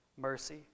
mercy